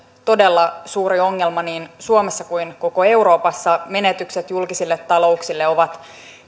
todella suuri ongelma niin suomessa kuin koko euroopassa menetykset julkisille talouksille ovat